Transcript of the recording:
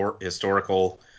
historical